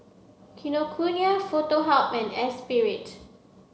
Kinokuniya Foto Hub and Espirit